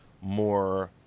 more